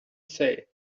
say